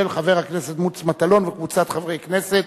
של חבר הכנסת מוץ מטלון וקבוצת חברי הכנסת,